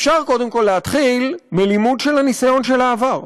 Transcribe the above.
אפשר קודם כול להתחיל בלימוד של ניסיון העבר.